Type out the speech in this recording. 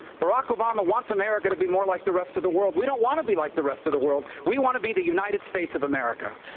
barack obama wants america to be more like the rest of the world. we don't want to be like the rest of the world. we want to be the united states of america.